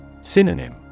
Synonym